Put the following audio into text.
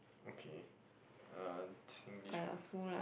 okay uh Singlish word